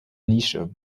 nische